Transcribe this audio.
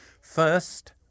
First